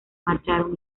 marcharon